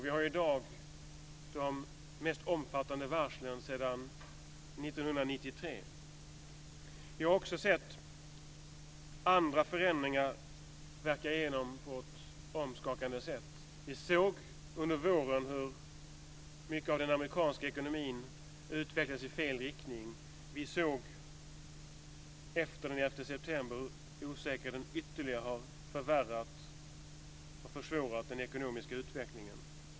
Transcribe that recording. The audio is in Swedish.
I dag har vi de mest omfattande varslen sedan 1993. Vi har också sett andra förändringar slå igenom på ett omskakande sätt. Under våren såg vi hur mycket av den amerikanska ekonomin utvecklades i fel riktning. Efter den 11 september har vi sett hur osäkerheten ytterligare har förvärrat och försvårat den ekonomiska utvecklingen.